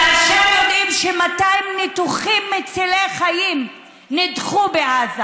כאשר יודעים ש-200 ניתוחים מצילי חיים נדחו בעזה